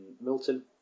Milton